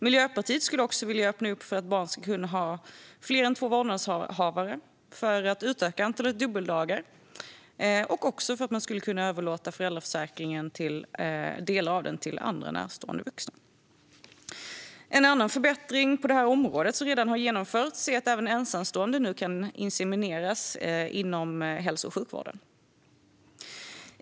Miljöpartiet skulle också vilja öppna för att barn ska kunna ha fler än två vårdnadshavare. Vi vill öppna för att antalet dubbeldagar ska utökas och för att delar av föräldraförsäkringen ska kunna överlåtas till andra närstående vuxna. En annan förbättring på området, som redan har genomförts, är att även ensamstående nu kan insemineras inom hälso och sjukvården.